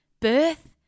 birth